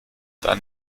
dann